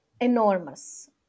enormous